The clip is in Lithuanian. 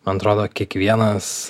man atrodo kiekvienas